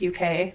uk